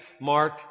Mark